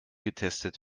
getestet